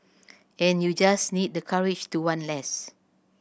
and you just need the courage to want less